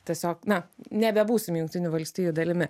tiesiog na nebebūsim jungtinių valstijų dalimi